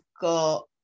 got